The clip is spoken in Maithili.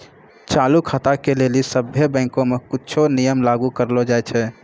चालू खाता के लेली सभ्भे बैंको मे कुछो नियम लागू करलो जाय छै